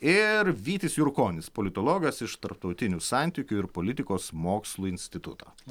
ir vytis jurkonis politologas iš tarptautinių santykių ir politikos mokslų instituto